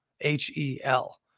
H-E-L